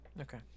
Okay